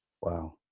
Wow